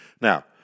Now